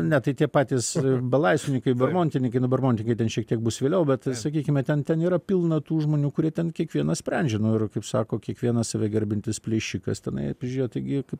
ne tai tie patys belaisvininkai bermontininkai nu bermontininkai ten šiek tiek bus vėliau bet sakykime ten ten yra pilna tų žmonių kurie ten kiekvienas sprendžia nu ir kaip sako kiekvienas save gerbiantis plėšikas tenai apžiūrėjo taigi kaip